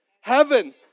heaven